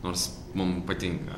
nors mum patinka